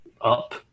up